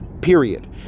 period